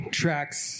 tracks